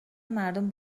مردم